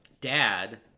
dad